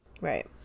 Right